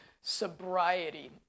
sobriety